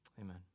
Amen